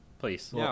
Please